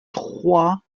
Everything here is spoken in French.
trois